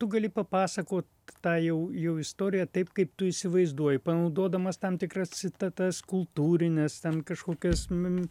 tu gali papasakot tą jau jau istoriją taip kaip tu įsivaizduoji panaudodamas tam tikras citatas kultūrines ten kažkokias mim